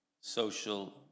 social